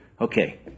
Okay